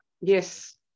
Yes